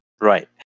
Right